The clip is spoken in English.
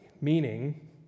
meaning